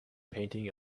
painting